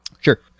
Sure